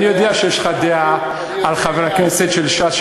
אני יודע שיש לך דעה על חברי הכנסת של ש"ס,